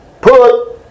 put